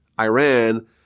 Iran